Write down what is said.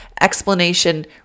explanation